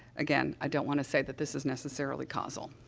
again, i don't want to say that this is, necessarily, causal.